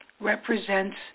represents